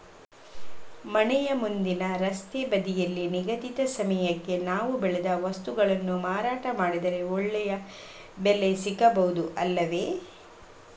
ಮನೆ ಮುಂದಿನ ರಸ್ತೆ ಬದಿಯಲ್ಲಿ ನಿಗದಿತ ಸಮಯಕ್ಕೆ ನಾವು ಬೆಳೆದ ವಸ್ತುಗಳನ್ನು ಮಾರಾಟ ಮಾಡಿದರೆ ಒಳ್ಳೆಯ ಬೆಲೆ ಸಿಗಬಹುದು ಅಲ್ಲವೇ?